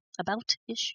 About-ish